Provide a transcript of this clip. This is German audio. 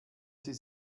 sie